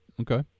Okay